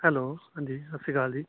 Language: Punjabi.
ਹੈਲੋ ਹਾਂਜੀ ਸਤਿ ਸ਼੍ਰੀ ਅਕਾਲ ਜੀ